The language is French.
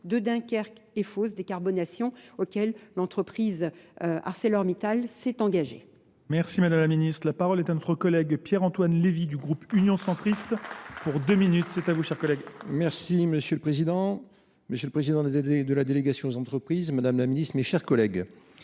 de Dunkerque et Faust, décarbonation auxquels l'entreprise ArcelorMittal s'est engagée. Merci Madame la Ministre. La parole est à notre collègue Pierre-Antoine Lévy du groupe Union Centriste. Pour deux minutes, c'est à vous chers collègues. Merci Monsieur le Président, Monsieur le Président de la délégation aux entreprises, Madame la Ministre, mes chers collègues.